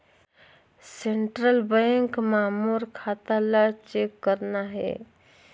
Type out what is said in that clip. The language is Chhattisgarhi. सेंट्रल बैंक मां मोर खाता ला चेक करना हे?